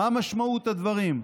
מה משמעות הדברים,